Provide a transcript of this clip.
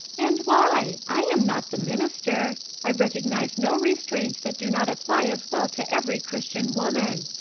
and why? i am not the minister. i recognise no restraints that do not apply as well to every christian woman.